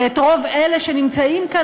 ואת רוב אלה שנמצאים כאן,